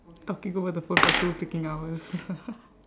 talking over the phone for two freaking hours